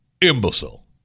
imbecile